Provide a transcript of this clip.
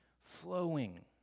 flowing